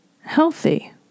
healthy